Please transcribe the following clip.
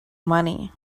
money